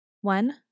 One